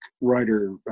writer